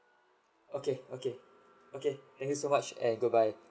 okay okay okay thank you so much and good bye